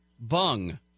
bung